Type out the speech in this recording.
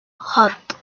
hopped